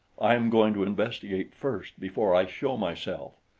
i am going to investigate first before i show myself.